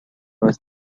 was